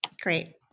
Great